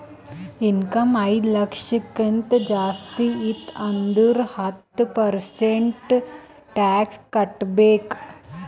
income ಐಯ್ದ ಲಕ್ಷಕ್ಕಿಂತ ಜಾಸ್ತಿ ಇತ್ತು ಅಂದುರ್ ಹತ್ತ ಪರ್ಸೆಂಟ್ ಟ್ಯಾಕ್ಸ್ ಕಟ್ಟಬೇಕ್